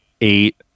eight